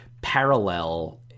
parallel –